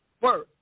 word